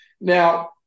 Now